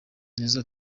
nizzo